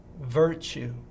virtue